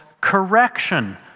correction